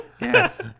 yes